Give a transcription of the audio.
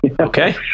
okay